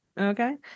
okay